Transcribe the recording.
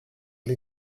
lee